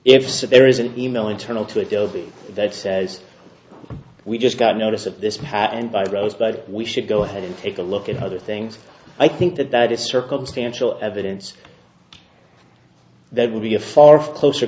so there is an e mail internal to it that says we just got notice of this and by gross but we should go ahead and take a look at other things i think that that is circumstantial evidence that would be a four flusher